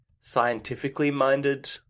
scientifically-minded